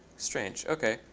strange. ok.